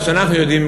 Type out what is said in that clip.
מה שאנחנו יודעים,